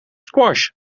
squash